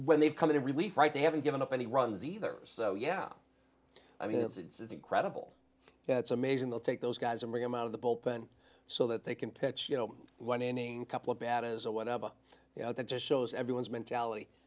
when they've come in relief right they haven't given up any runs either so yeah i mean it's incredible it's amazing they'll take those guys and bring them out of the bullpen so that they can pitch one inning couple of bad as a whatever you know that just shows everyone's mentality